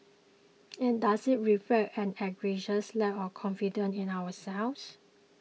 and does it reflect an egregious lack of confidence in ourselves